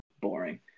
boring